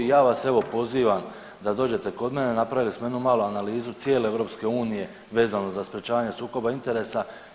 Ja vas evo pozivam da dođete kod mene napravit s menom malu analizu cijele EU vezano za sprječavanje sukoba interesa.